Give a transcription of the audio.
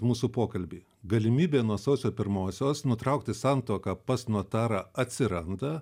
mūsų pokalbį galimybė nuo sausio pirmosios nutraukti santuoką pas notarą atsiranda